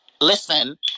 listen